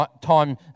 time